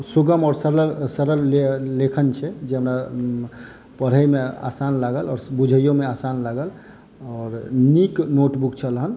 सुगम आओर सरल लेखन छै जाहिमे पढैमे आसान लागल आओर बुझैयोमे आसान लागल आओर नीक नोटबुक छलहन